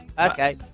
Okay